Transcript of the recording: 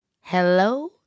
Hello